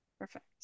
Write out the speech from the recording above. Perfect